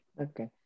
Okay